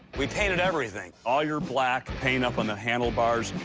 we painted everything. all your black paint up on the handlebars,